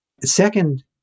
Second